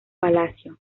palacio